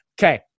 Okay